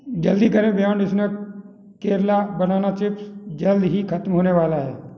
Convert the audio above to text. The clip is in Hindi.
जल्दी करें beyond snack Kerala banana chips जल्द ही ख़त्म होने वाला है